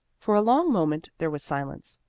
for a long moment there was silence.